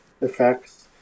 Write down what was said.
effects